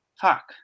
fuck